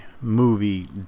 movie